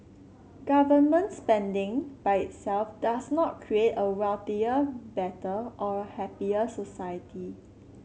government spending by itself does not create a wealthier better or a happier society